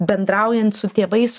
bendraujant su tėvais